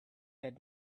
had